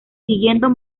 siguiendo